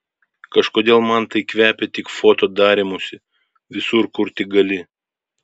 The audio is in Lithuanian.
kažkodėl man tai kvepia tik foto darymusi visur kur tik gali